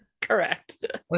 Correct